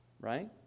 right